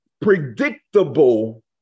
predictable